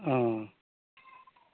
অঁ